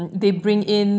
mm